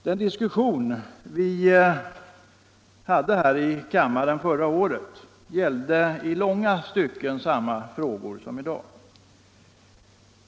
Den diskussion vi hade här i kammaren förra året gällde i långa stycken samma frågor som i dag.